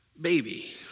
baby